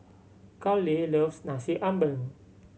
Karlee loves Nasi Ambeng